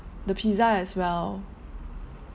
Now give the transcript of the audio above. the pizza as well